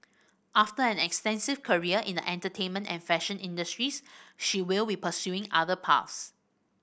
after an extensive career in the entertainment and fashion industries she will we pursuing other paths